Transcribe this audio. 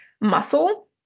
muscle